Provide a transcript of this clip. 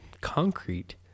concrete